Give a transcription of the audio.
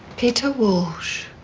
peter walsh.